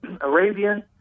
Arabian